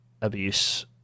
abuse